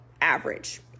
average